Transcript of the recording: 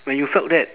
when you felt that